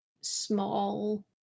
small